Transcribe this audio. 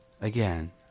again